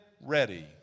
ready